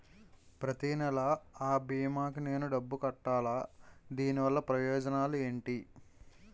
ప్రతినెల అ భీమా కి నేను డబ్బు కట్టాలా? దీనివల్ల ప్రయోజనాలు ఎంటి?